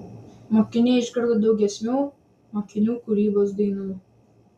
mokiniai išgirdo daug giesmių mokinių kūrybos dainų